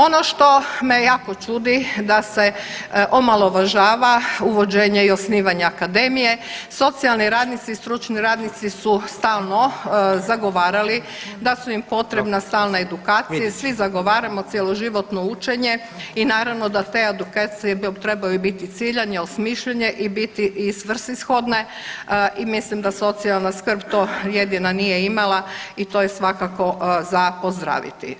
Ono što me jako čudi da se omalovažava uvođenje i osnivanje akademije, socijalni radnici i stručni radnici su stalno zagovarali da su im potrebne stalne edukacije, svi zagovaramo cjeloživotno učenje i naravno da te edukacije trebaju biti ciljanje, osmišljanje i svrsishodne i mislim da socijalna skrb to jedina nije imala i to je svakako za pozdraviti.